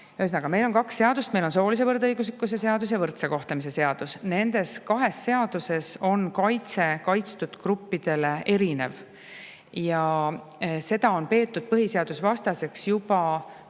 meil on kaks seadust, meil on soolise võrdõiguslikkuse seadus ja võrdse kohtlemise seadus. Nendes kahes seaduses on kaitse kaitstud gruppidele erinev. Ja seda on peetud põhiseadusvastaseks juba võrdse